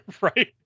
Right